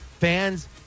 fans